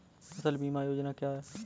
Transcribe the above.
फसल बीमा योजना क्या है?